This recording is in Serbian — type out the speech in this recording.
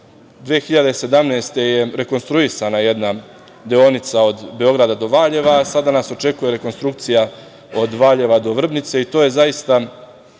godine je rekonstruisana jedna deonica od Beograda do Valjeva, a sada nas očekuje rekonstrukcija od Valjeva do Vrbnice i to je zaista